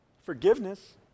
forgiveness